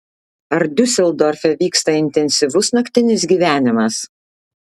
ar diuseldorfe vyksta intensyvus naktinis gyvenimas